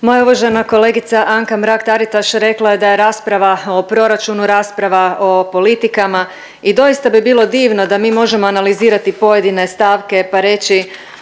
Moja uvažena kolegica Anka Mrak-Taritaš rekla je da je rasprava o proračunu rasprava o politikama i doista bi bilo divno da mi možemo analizirati pojedine stavke pa reći